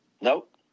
Nope